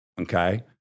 Okay